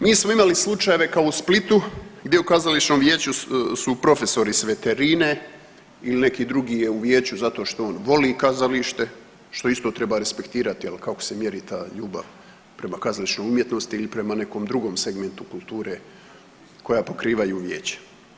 Mi smo imali slučajeve kao u Splitu gdje u kazališnom vijeću su profesori s veterine ili neki drugi je u vijeću zato što on voli kazalište, što isto treba respektirati, al kako se mjeri ta ljubav prema kazališnoj umjetnosti ili prema nekom drugom segmentu kulture koja pokrivaju vijeće.